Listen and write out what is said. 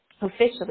officially